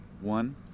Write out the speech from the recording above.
One